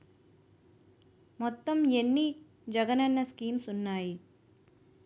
మొత్తం ఎన్ని జగనన్న స్కీమ్స్ ఉన్నాయి?